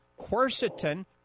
quercetin